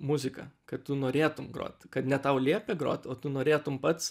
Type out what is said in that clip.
muzika kad tu norėtum grot kad ne tau liepia grot o tu norėtum pats